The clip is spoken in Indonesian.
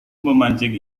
memancing